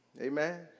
Amen